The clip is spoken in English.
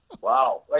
Wow